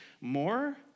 more